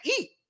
eat